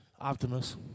Optimus